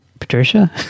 Patricia